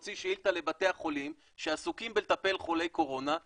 להוציא שאילתה לבתי החולים שעסוקים בלטפל בחולי קורונה,